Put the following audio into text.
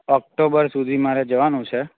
October સુધી મારે જવાનું છે